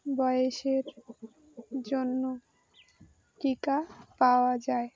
বয়েসের জন্য টিকা পাওয়া যায়